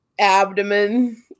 abdomen